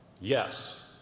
Yes